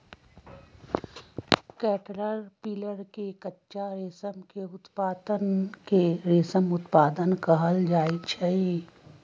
caterpillar से कच्चा रेशम के उत्पादन के रेशम उत्पादन कहल जाई छई